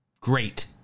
great